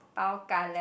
bao ka liao